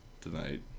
tonight